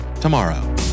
tomorrow